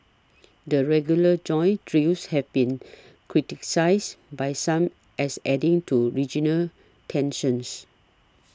the regular joint drills have been criticised by some as adding to regional tensions